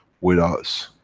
with us.